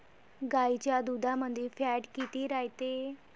गाईच्या दुधामंदी फॅट किती रायते?